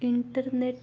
internet